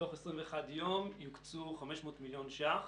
שתוך 21 יום יוקצו 500 מיליון שקלים